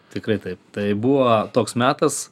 tikrai taip tai buvo toks metas